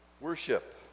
Worship